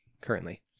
currently